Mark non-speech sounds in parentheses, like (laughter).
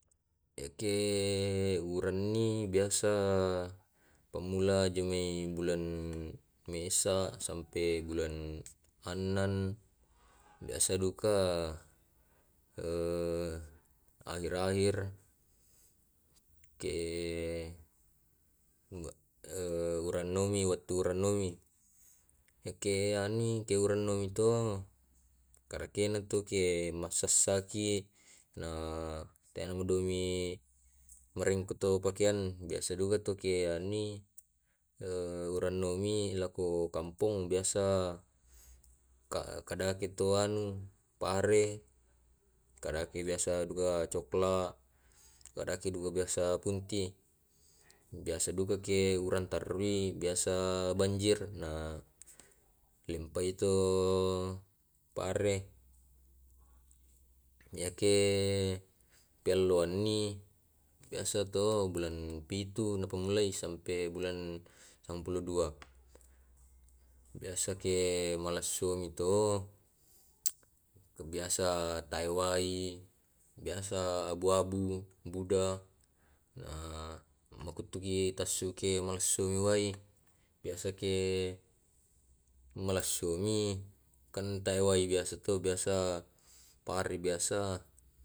Yake (hesitation) urenni biasa pammula jumai bulan mesa, sampai bulan annen. Biasa duka eh (hesitation) akhir akhir ke, (hesitation) ehh (hesitation) urannumi wa tu ranumi (hesitation) yake anui ke urannumi to karakena to ke masessaki, na (hesitation) te iyamadomi marongko to pakean. Biasa duka to ke anni (hesitation) urannu mi laoko kampong, biasa (hesitation) ka kadakeki toanu pare, kadake biasa duka cokela, kadaki duka biasa kunti, biasa dukake uranta ui, biasa banjir na lempai to pare. Iyake (hesitation) dialloanni, biasa to bulan pitu na pammulai, sampai bulan sampulo dua biasa ke mallessumi to eh (hesitation) kabiasa tae wae, biasa abu abu buda, na makuttuki tassungke malessuki wai. Biasake malessumi kan tea wai biasa to biasa pare biasa.